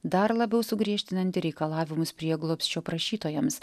dar labiau sugriežtinanti reikalavimus prieglobsčio prašytojams